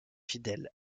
fidèle